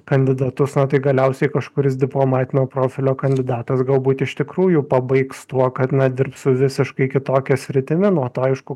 kandidatus na tai galiausiai kažkuris diplomatinio profilio kandidatas galbūt iš tikrųjų pabaigs tuo kad dirbs su visiškai kitokia sritimi nuo to aišku